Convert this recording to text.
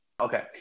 Okay